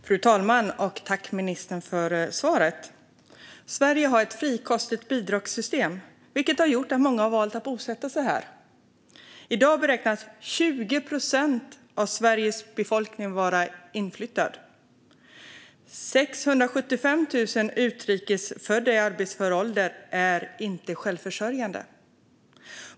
Fru talman! Tack, ministern, för svaret! Sverige har ett frikostigt bidragssystem, vilket har gjort att många har valt att bosätta sig här. I dag beräknas 20 procent av Sveriges befolkning vara inflyttad. 675 000 utrikes födda i arbetsför ålder är inte självförsörjande.